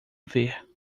ver